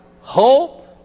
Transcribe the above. Hope